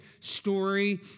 story